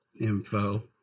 info